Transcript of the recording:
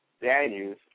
Daniels